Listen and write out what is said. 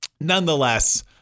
nonetheless